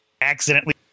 accidentally